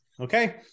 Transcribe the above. Okay